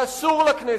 ואסור לכנסת,